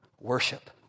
Worship